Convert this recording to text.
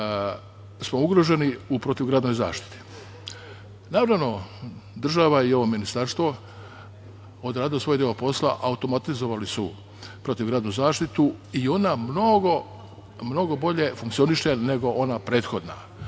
smo ugroženi u protivgradnoj zaštiti. Naravno, država i ovo ministarstvo je odradilo svoj deo posla. Automatizovali su protivgradnu zaštitu i ona mnogo bolje funkcioniše nego ono prethodna.